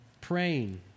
praying